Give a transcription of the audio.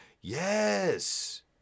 Yes